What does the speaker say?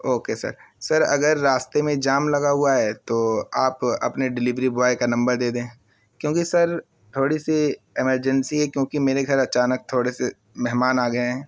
او کے sir sir اگر راستے میں جام لگا ہوا ہے تو آپ اپنے ڈیلیوری بوائے کا نمبر دے دیں کیونکہ سر تھوڑی سی ایمرجنسی ہے کیونکہ میرے گھر اچانک تھوڑے سے مہمان آ گئے ہیں